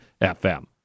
FM